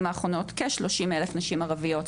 האחרונות כשלושים אלף נשים ערביות.